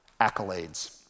accolades